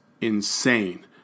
insane